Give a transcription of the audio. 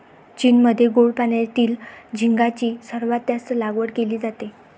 चीनमध्ये गोड पाण्यातील झिगाची सर्वात जास्त लागवड केली जाते